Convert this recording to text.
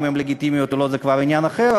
אם הן לגיטימיות או לא זה כבר עניין אחר,